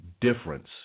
difference